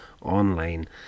online